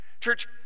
Church